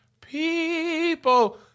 people